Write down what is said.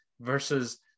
versus